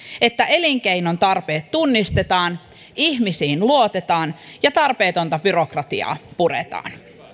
että elinkeinon tarpeet tunnistetaan ihmisiin luotetaan ja tarpeetonta byrokratiaa puretaan